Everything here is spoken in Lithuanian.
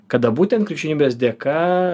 kada būtent krikščionybės dėka